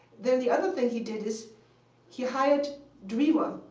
then the other thing he did is he hired drever,